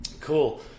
cool